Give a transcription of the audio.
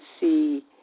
see